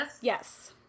Yes